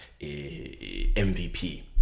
MVP